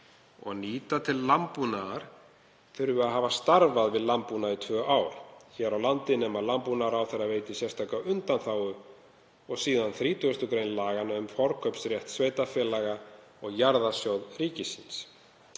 og nýta til landbúnaðar þurfi að hafa starfað við landbúnað í tvö ár hér á landi nema landbúnaðarráðherra veiti sérstaka undanþágu, og síðan 30. gr. laganna um forkaupsrétt sveitarfélaga og Jarðasjóð ríkisins.